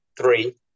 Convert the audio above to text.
three